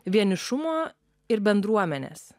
vienišumo ir bendruomenės